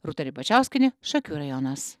rūta ribačiauskienė šakių rajonas